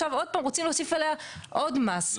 עכשיו עוד פעם רוצים להוסיף עליה עוד מס.